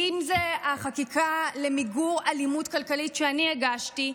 ואם זו החקיקה למיגור אלימות כלכלית שאני הגשתי,